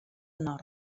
nord